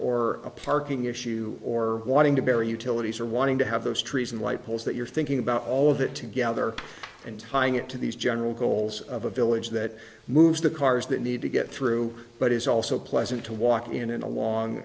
or a parking issue or wanting to bury utilities or wanting to have those trees and light poles that you're thinking about all of that together and tying it to these general goals of a village that moves the cars that need to get through but is also pleasant to walk in and along